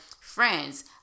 friends